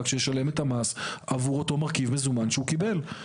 רק שישלם את המס עבור אותו מרכיב מזומן שהוא קיבל.